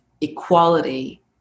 equality